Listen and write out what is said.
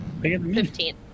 Fifteen